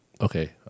Okay